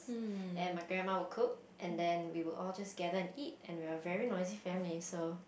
and my grandma would cook and then we would all just gather and eat and we are a very noisy family so